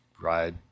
ride